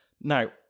Now